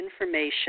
information